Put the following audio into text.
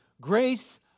grace